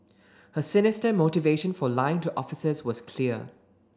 her sinister motivation for lying to officers was clear